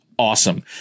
Awesome